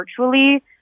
virtually